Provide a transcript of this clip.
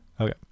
Okay